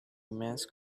immense